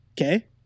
Okay